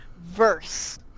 verse